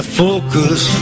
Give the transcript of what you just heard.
focus